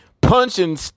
punching